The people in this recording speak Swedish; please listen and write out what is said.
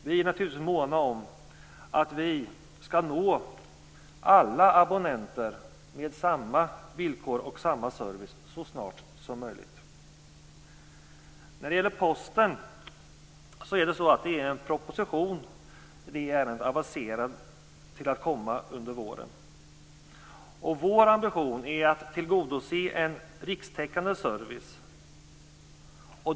Vi är naturligtvis måna om att man skall nå alla abonnenter med samma villkor och samma service så snart som möjligt. När det gäller posten är det en proposition aviserad till våren. Vår ambition är att tillgodose en rikstäckande service.